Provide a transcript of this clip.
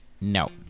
No